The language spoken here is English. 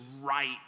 right